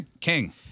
King